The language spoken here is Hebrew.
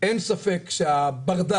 אין ספק שהברדק